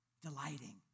delighting